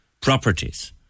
Properties